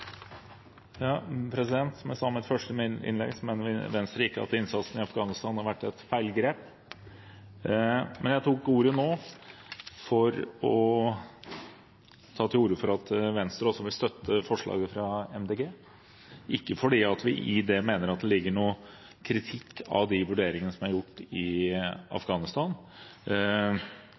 Som jeg sa i mitt første innlegg, mener Venstre ikke at innsatsen i Afghanistan har vært et feilgrep. Jeg tok ordet nå for å si at Venstre også vil støtte forslaget fra MDG, ikke fordi vi i det mener at det ligger noen kritikk av de vurderingene som er gjort i Afghanistan.